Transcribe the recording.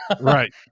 Right